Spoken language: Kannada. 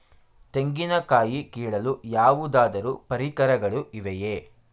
ತೆಂಗಿನ ಕಾಯಿ ಕೀಳಲು ಯಾವುದಾದರು ಪರಿಕರಗಳು ಇವೆಯೇ?